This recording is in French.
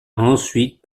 ensuite